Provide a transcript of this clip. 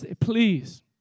Please